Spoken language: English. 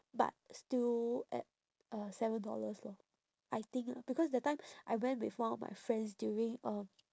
but still at uh seven dollars lah I think lah because that time I went with one of my friends during um